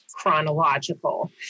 chronological